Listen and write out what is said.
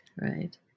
right